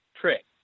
trick